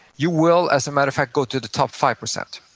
you will, as a matter of fact, go to the top five percent.